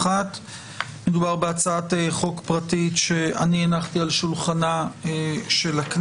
מדובר בהצעת חוק פרטית שאני הנחתי על שולחן הכנסת.